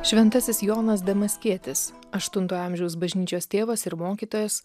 šventasis jonas damaskietis aštunto amžiaus bažnyčios tėvas ir mokytojas